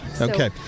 Okay